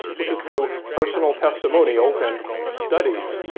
which is through personal testimonials and studies.